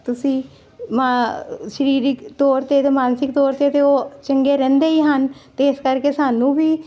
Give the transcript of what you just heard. ਤੁਸੀਂ ਮਾਂ ਸਰੀਰਿਕ ਤੌਰ 'ਤੇ ਅਤੇ ਮਾਨਸਿਕ ਤੌਰ 'ਤੇ ਅਤੇ ਉਹ ਚੰਗੇ ਰਹਿੰਦੇ ਹੀ ਹਨ ਅਤੇ ਇਸ ਕਰਕੇ ਸਾਨੂੰ ਵੀ